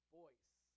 voice